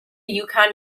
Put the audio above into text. yukon